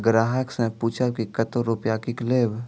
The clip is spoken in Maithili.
ग्राहक से पूछब की कतो रुपिया किकलेब?